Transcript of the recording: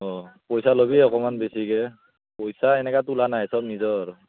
অঁ পইচা ল'বি অকণমান বেছিকৈ পইচা এনেকৈ তোলা নাই চব নিজৰ